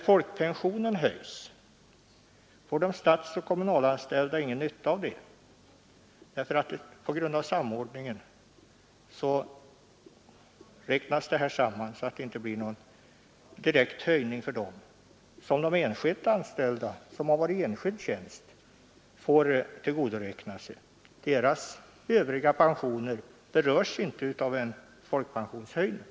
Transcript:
Vidare får de statsoch kommunalanställda inte nytta av folkpensionshöjningar, eftersom samordningen medför att de vid sammanräkningen inte får den höjning som de som varit anställda i enskild tjänst får tillgodoräkna sig. Dessas övriga pensioner berörs inte av en folkpensionshöjning.